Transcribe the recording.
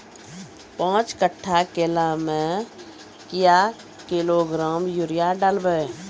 पाँच कट्ठा केला मे क्या किलोग्राम यूरिया डलवा?